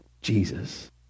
Jesus